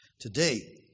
today